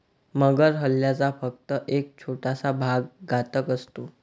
मगर हल्ल्याचा फक्त एक छोटासा भाग घातक असतो